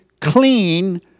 clean